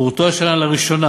פורטה השנה לראשונה